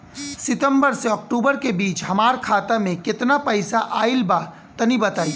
सितंबर से अक्टूबर के बीच हमार खाता मे केतना पईसा आइल बा तनि बताईं?